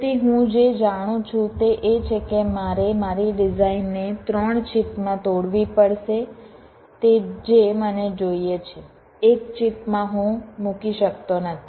તેથી હું જે જાણું છું તે એ છે કે મારે મારી ડિઝાઇનને 3 ચિપમાં તોડવી પડશે તે જે મને જોઈએ છે 1 ચિપમાં હું મૂકી શકતો નથી